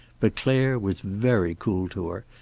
but clare was very cool to her,